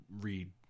read